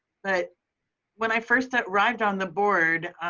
but when i first arrived on the board,